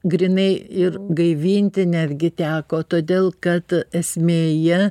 grynai ir gaivinti netgi teko todėl kad esmėje